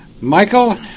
Michael